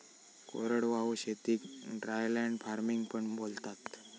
कोरडवाहू शेतीक dryland farming पण बोलतात